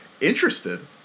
interested